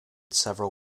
several